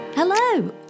Hello